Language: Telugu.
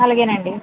అలాగేనండి